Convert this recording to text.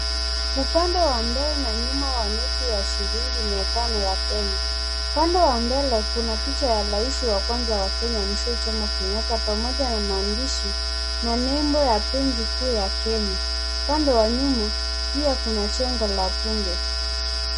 Upande wa mbele na nyuma wa noti ya shilingi mia tano ya kenya. Upande wa mbele kuna picha ya rais wa kwanza wa kenya mzee jomo kenyatta pamoja na maandishi na nembo ya benki kuu ya kenya. Upande wa nyuma pia kuna jengo la bunge.